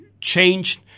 changed